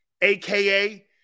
aka